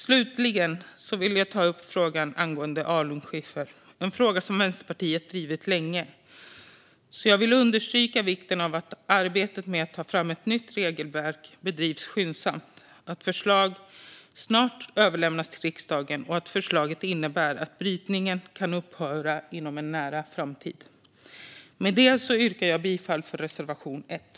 Slutligen vill jag ta upp frågan om alunskiffer, en fråga som Vänsterpartiet har drivit länge. Jag vill understryka vikten av att arbetet med att ta fram ett nytt regelverk bedrivs skyndsamt, att förslag snart överlämnas till riksdagen och att förslaget innebär att brytningen av alunskiffer kan upphöra inom en nära framtid. Med detta yrkar jag bifall till reservation 1.